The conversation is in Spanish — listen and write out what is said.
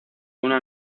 una